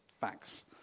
facts